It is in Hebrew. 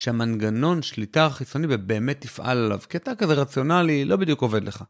שהמנגנון שליטה החיצוני באמת תפעל עליו, כי אתה כזה רציונלי, לא בדיוק עובד לך.